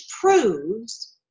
proves